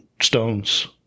stones